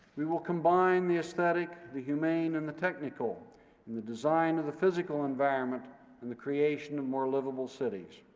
we will combine the aesthetic, the humane, and the technical in the design of the physical environment and the creation of more livable cities.